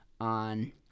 on